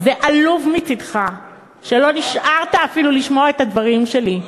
וזה עלוב מצדך שלא נשארת אפילו לשמוע את הדברים שלי.